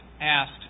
asked